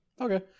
Okay